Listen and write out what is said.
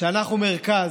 אנחנו מרכז,